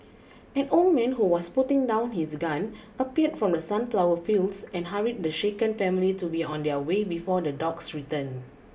an old man who was putting down his gun appeared from the sunflower fields and hurried the shaken family to be on their way before the dogs return